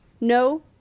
No